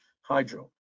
hydro